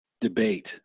debate